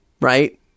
Right